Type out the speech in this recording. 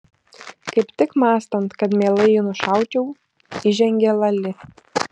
kaip tik mąstant kad mielai jį nušaučiau įžengė lali